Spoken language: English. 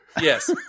Yes